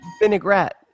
vinaigrette